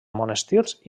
monestirs